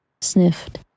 sniffed